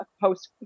post